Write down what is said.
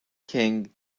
king